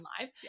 live